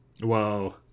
Whoa